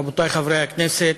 רבותי חברי הכנסת,